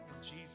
Jesus